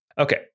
Okay